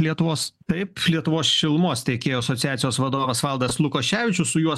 lietuvos taip lietuvos šilumos tiekėjų asociacijos vadovas valdas lukoševičius su juo